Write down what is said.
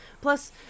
Plus